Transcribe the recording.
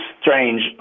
strange